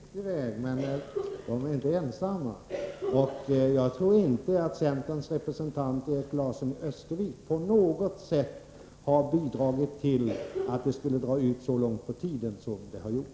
Fru talman! Visst är detta en riktig väg, men de är inte ensamma. Jag tror inte att centerns representant Erik Larsson i Öskevik på något sätt har bidragit till att det skulle dra ut så långt på tiden som det har gjort.